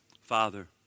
Father